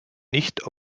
nicht